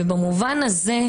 במובן הזה,